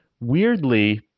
weirdly